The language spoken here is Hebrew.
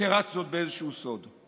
תירץ זאת באיזשהו סוד.